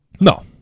no